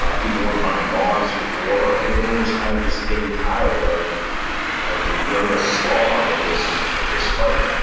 ah people weren't buying bonds for the war. i think everyone was kind of just getting tired of you know the the endless slog of this of this fight.